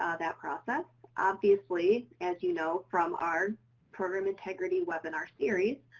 ah that process, obviously, as you know from our program integrity webinar series,